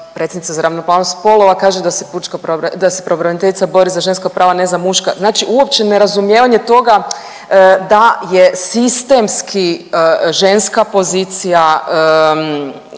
predsjednica za ravnopravnost spolova kaže da se pučka pravobra…, da se pravobraniteljica bori za ženska prava, ne za muška, znači uopće nerazumijevanje toga da je sistemski ženska pozicija